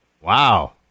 Wow